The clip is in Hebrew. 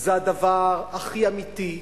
זה הדבר הכי אמיתי,